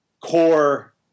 core